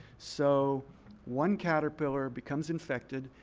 so one caterpillar becomes infected.